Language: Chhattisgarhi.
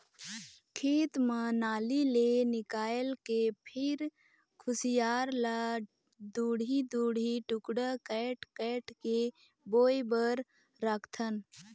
खेत म नाली ले निकायल के फिर खुसियार ल दूढ़ी दूढ़ी टुकड़ा कायट कायट के बोए बर राखथन